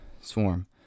swarm